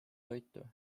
toitu